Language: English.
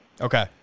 Okay